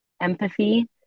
empathy